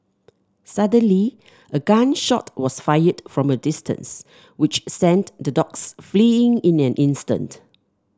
suddenly a gun shot was fired from a distance which sent the dogs fleeing in an instant